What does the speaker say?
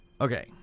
Okay